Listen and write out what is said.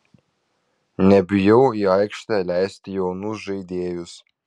nebijau į aikštę leisti jaunus žaidėjus